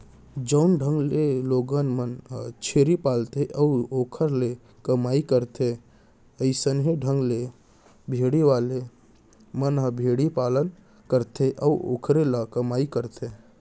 जउन ढंग ले लोगन मन ह छेरी पालथे अउ ओखर ले कमई करथे वइसने ढंग ले भेड़ी वाले मन ह भेड़ी पालन करथे अउ ओखरे ले कमई करथे